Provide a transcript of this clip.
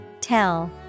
Tell